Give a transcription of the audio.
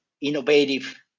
innovative